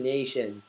Nation